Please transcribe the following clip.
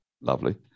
Lovely